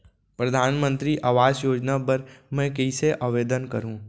परधानमंतरी आवास योजना बर मैं कइसे आवेदन करहूँ?